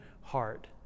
heart